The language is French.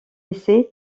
essai